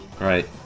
Right